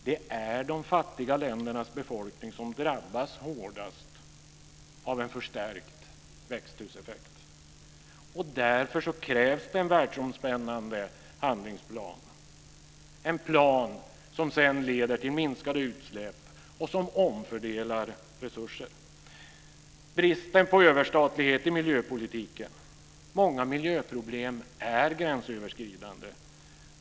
Det är de fattiga ländernas befolkning som drabbas hårdast av en förstärkt växthuseffekt. Därför krävs det en världsomspännande handlingsplan, en plan som leder till minskade utsläpp och som omfördelar resurser. Bristen på överstatlighet i miljöpolitiken - många miljöproblem är gränsöverskridande.